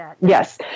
Yes